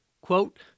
Quote